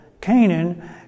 Canaan